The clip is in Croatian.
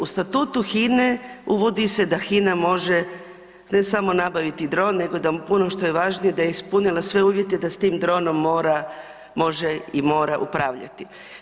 U Statutu Hine uvodi se da Hina može, ne samo nabaviti dron, nego da puno što je važnije da je ispunila sve uvjete da s tim dronom mora, može i mora upravljati.